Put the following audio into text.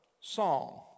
song